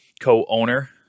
co-owner